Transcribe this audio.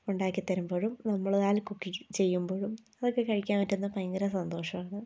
ഉണ്ടാക്കി തരുമ്പോഴും നമ്മളാൽ കുക്കിംഗ് ചെയ്യുമ്പോഴും അതൊക്കെ കഴിക്കാൻ പറ്റുന്നത് ഭയങ്കര സന്തോഷമാണ്